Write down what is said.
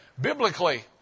biblically